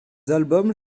albums